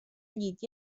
llit